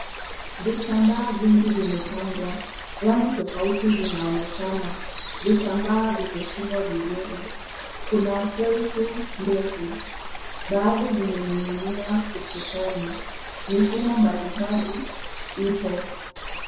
Vitambaa vingi vimepangwa. Rangi tofauti zinaonekana. Vitambaa vimefungwa vizuri. Kuna shelfu ndefu baadhi vimening'inia ukutani. Mifumo mbalimbali ipo.